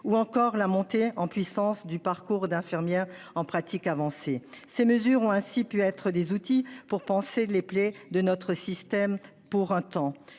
ou encore la montée en puissance du parcours d'infirmières en pratique avancée. Ces mesures ont ainsi pu être des outils pour panser les plaies de notre système pour un temps,